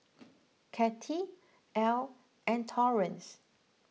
Kathy Ell and Torrance